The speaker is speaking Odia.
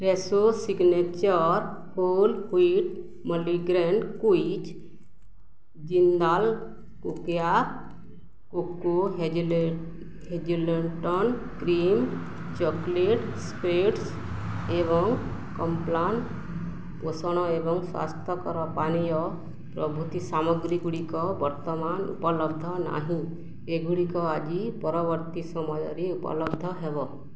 Fresho signature whole wheat multigrain quiz Jindal cocoa coco hazelnut cream chocolate spreads ଏବଂ କମ୍ପ୍ଲାନ ପୋଷଣ ଏବଂ ସ୍ଵାସ୍ଥ୍ୟକର ପାନୀୟ ପ୍ରଭୃତି ସାମଗ୍ରୀ ଗୁଡ଼ିକ ବର୍ତ୍ତମାନ ଉପଲବ୍ଧ ନାହିଁ ଏଗୁଡ଼ିକ ଆଜି ପରବର୍ତ୍ତୀ ସମୟରେ ଉପଲବ୍ଧ ହେବ